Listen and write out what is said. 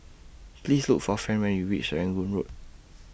Please Look For Fran when YOU REACH Serangoon Road